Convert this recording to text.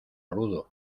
rudo